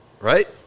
Right